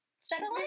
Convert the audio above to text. settle